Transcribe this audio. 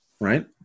Right